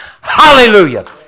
Hallelujah